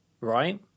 right